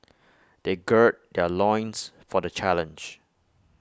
they gird their loins for the challenge